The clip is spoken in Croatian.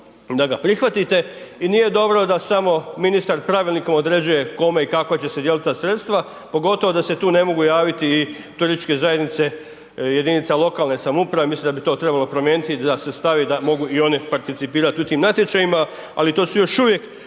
da ga prihvatite, i nije dobro da samo ministar Pravilnikom određuje kome i kako će se dijelit' ta sredstva pogotovo da se tu ne mogu javiti i turističke zajednice jedinica lokalne samouprave, mislim da bi to trebalo promijeniti da se stavi da mogu i one participirati u tim natječajima, ali to su još uvijek